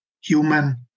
human